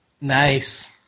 Nice